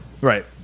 Right